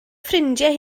ffrindiau